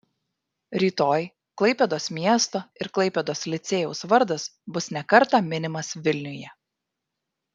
rytoj klaipėdos miesto ir klaipėdos licėjaus vardas bus ne kartą minimas vilniuje